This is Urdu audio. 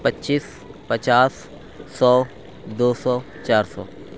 پچیس پچاس سو دو سو چار سو